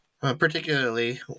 particularly